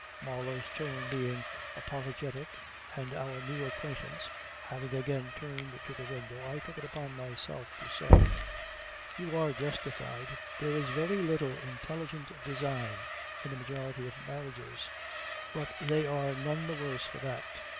marlow's tone being apologetic and our new acquaintance having again turned to the window i took it upon myself to say you are justified. there is very little intelligent design in the majority of marriages but they are none the worse for that.